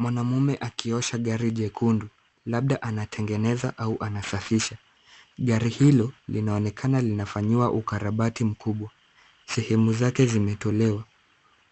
Mwanamume akiosha gari jekundu labda anatengeneza au anasafisha. Gari hilo linaonekana linafanyiwa ukarabati mkubwa sehemu zake zimetolewa.